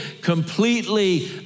completely